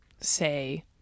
say